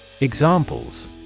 Examples